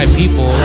people